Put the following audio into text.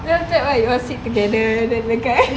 then after that why you all sit together dekat-dekat